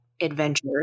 adventure